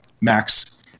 Max